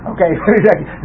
Okay